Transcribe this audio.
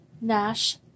Nash